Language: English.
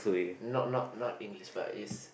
not not not English but is